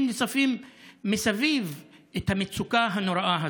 נוספים מסביב את המצוקה הנוראה הזאת.